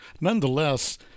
Nonetheless